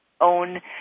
own